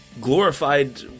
glorified